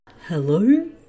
Hello